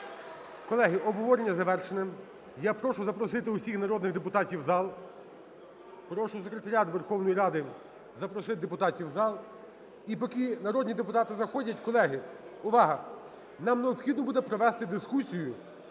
Колеги, обговорення завершене. Я прошу запросити всіх народних депутатів в зал. Прошу Секретаріат Верховної Ради України запросити депутатів в зал. І поки народні депутати заходять, колеги, увага, нам необхідно буде провести дискусію,